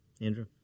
Andrew